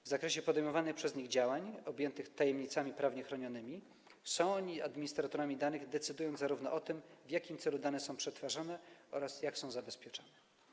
W zakresie podejmowanych przez nich działań objętych tajemnicami prawnie chronionymi są oni administratorami danych decydującymi zarówno o tym, w jakim celu dane są przetwarzane, jak i o tym, jak są zabezpieczane.